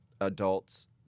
adults